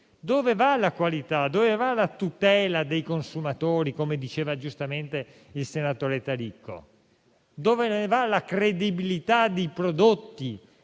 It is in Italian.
Dove vanno la qualità e la tutela dei consumatori, come diceva giustamente il senatore Taricco? Dove va la credibilità dei prodotti,